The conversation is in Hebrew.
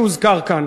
שהוזכר כאן,